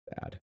bad